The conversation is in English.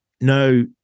No